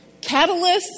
Catalysts